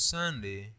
Sunday